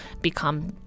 become